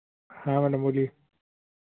हाँ मैडम बोलिए